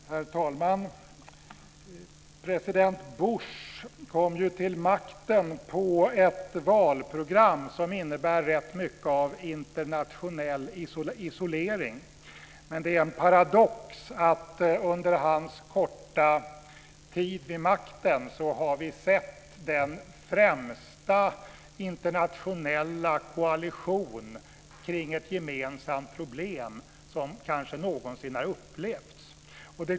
Herr talman! President Bush kom till makten på ett valprogram som innebär rätt mycket av internationell isolering. Det är en paradox att vi under hans korta tid vid makten har sett den främsta internationella koalition kring ett gemensamt problem som kanske någonsin har upplevts.